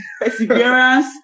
perseverance